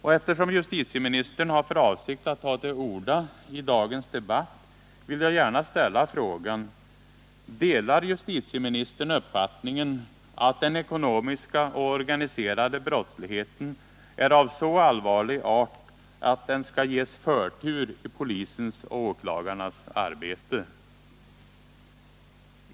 Eftersom justitieministern har för avsikt att ta till orda i dagens debatt, vill jag gärna ställa frågan: Delar justitieministern uppfattningen att den ekonomiska och organiserade brottsligheten är av så allvarlig art att den skall ges förtur i polisens och åklagarnas arbete?